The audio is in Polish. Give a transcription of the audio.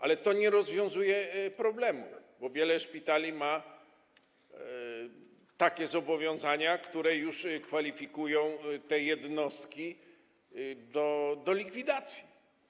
Ale to nie rozwiązuje problemu, bo wiele szpitali ma takie zobowiązania, które już kwalifikują te jednostki do likwidacji.